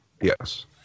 Yes